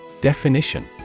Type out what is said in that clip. Definition